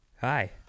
Hi